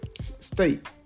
state